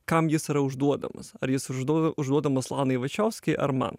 kam jis yra užduodamas ar jis užduoda užduodamas lanai vačiovski ar man